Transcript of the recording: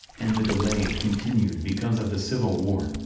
and the delays continued because of the civil war.